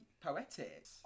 poetic